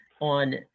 on